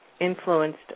influenced